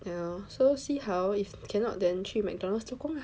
ya so see how if cannot then 去 McDonald's 做工 lah